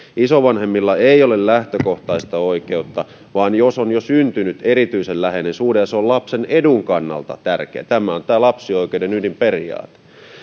isovanhemmilla ei ole lähtökohtaista oikeutta vain jos on jo syntynyt erityisen läheinen suhde ja se on lapsen edun kannalta tärkeä tämä on lapsioikeuden ydinperiaate